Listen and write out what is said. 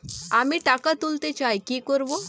আমি টাকা তুলতে চাই কি করব?